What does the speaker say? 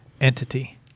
entity